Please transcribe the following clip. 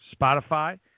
Spotify